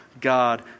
God